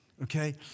Okay